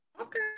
Okay